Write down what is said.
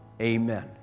Amen